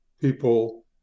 people